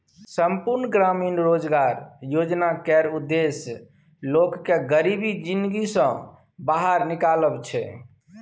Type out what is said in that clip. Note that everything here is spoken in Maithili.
संपुर्ण ग्रामीण रोजगार योजना केर उद्देश्य लोक केँ गरीबी जिनगी सँ बाहर निकालब छै